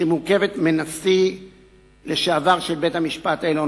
שמורכבת מנשיא לשעבר של בית-המשפט העליון